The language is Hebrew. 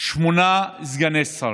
שמונה סגני שרים?